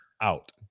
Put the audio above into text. Out